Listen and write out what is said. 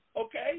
Okay